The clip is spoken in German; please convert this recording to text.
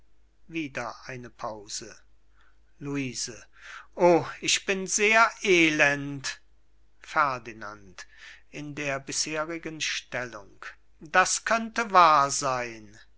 luise ich bin sehr elend ferdinand in der bisherigen stellung das könnte wahr sein